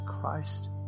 Christ